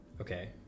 Okay